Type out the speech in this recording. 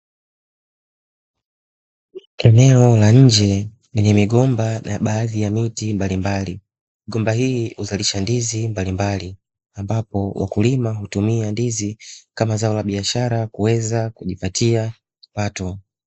Eneo la nje lenye migomba na baadhi ya miti mbalimbali, gomba hili uzalishaji mbalimbali ambapo wakulima hutumia ndizi kama zao la biashara kuweza kujipatia watu.